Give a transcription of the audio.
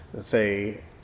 say